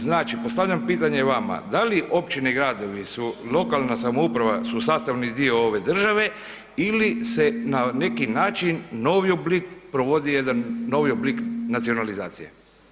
Znači postavljam pitanje vama, da li općine i gradovi, lokalna samouprava su sastavni dio ove države ili se na neki način, novi oblik, provodi jedan novi oblik nacionalizacije?